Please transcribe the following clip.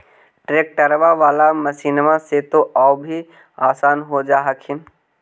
ट्रैक्टरबा बाला मसिन्मा से तो औ भी आसन हो जा हखिन?